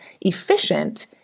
efficient